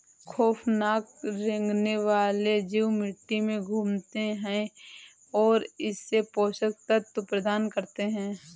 खौफनाक रेंगने वाले जीव मिट्टी में घूमते है और इसे पोषक तत्व प्रदान करते है